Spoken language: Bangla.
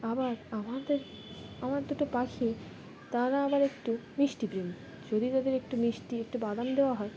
আবার আমাদের আমার দুটো পাখি তারা আবার একটু মিষ্টিপ্রেমী যদি তাদের একটু মিষ্টি একটু বাদাম দেওয়া হয়